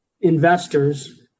investors